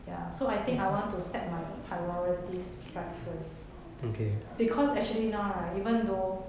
ya so I think I want to set my priorities right first because actually now even though